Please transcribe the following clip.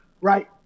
Right